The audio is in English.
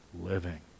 living